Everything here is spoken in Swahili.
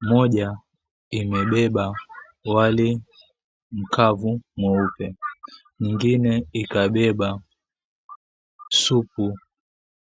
Moja imebeba wali mkavu mweupe. Mwingine ikabeba supu